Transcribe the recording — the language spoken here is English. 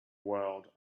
world